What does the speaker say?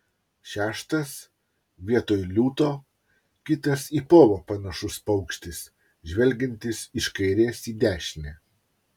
šeštas vietoj liūto kitas į povą panašus paukštis žvelgiantis iš kairės į dešinę